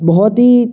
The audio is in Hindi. बहुत ही